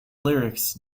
lyrics